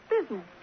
Business